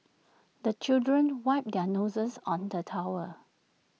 the children wipe their noses on the towel